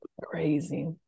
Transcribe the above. Crazy